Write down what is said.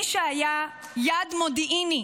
מי שהיה יעד מודיעיני